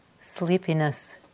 sleepiness